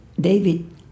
David